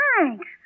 thanks